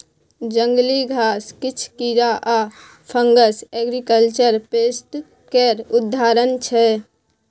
जंगली घास, किछ कीरा आ फंगस एग्रीकल्चर पेस्ट केर उदाहरण छै